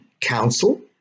council